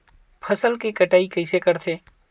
फसल के कटाई कइसे करथे?